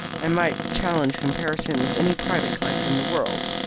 i might challenge comparison with any private collector in the world.